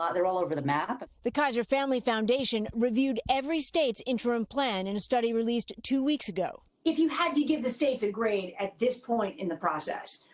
ah they're all over the map. reporter the kaiser family foundation reviewed every state's interim plan in a study released two weeks ago. if you had to give the states a grade at this point in the process,